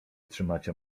trzymacie